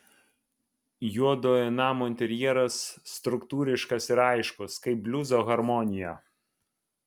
juodojo namo interjeras struktūriškas ir aiškus kaip bliuzo harmonija